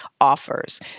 offers